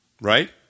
Right